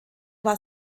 war